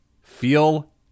Feel